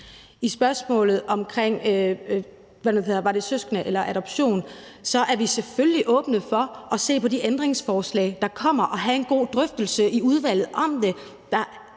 I spørgsmålet om søskende og adoption er vi selvfølgelig åbne for at se på de ændringsforslag, der kommer, og for at have en god drøftelse i udvalget om det.